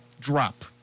drop